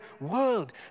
world